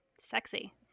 sexy